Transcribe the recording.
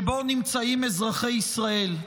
שבו נמצאים אזרחי ישראל: